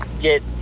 get